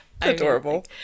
adorable